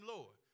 Lord